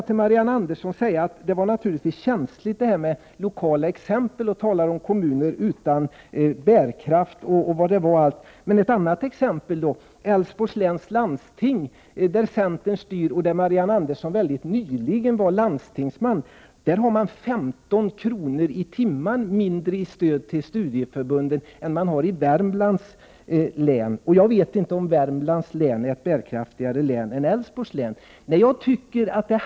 Till Marianne Andersson kan jag säga att det naturligtvis varit känsligt med dessa lokala exempel — att tala om kommuner utan bärkraft osv. Älvsborgs läns landsting, där centern styr och där Marianne Andersson nyligen var landstingsman, har 15 kr. per timme mindre i stöd för studieförbunden än Värmlands läns landsting. Jag vet inte om Värmlands län är bärkraftigare än Älvsborgs län.